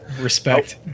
Respect